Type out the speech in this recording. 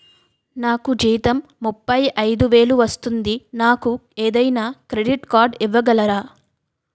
నాకు జీతం ముప్పై ఐదు వేలు వస్తుంది నాకు ఏదైనా క్రెడిట్ కార్డ్ ఇవ్వగలరా?